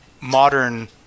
modern